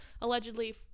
Allegedly